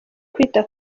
kwita